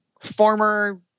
former